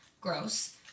gross